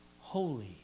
holy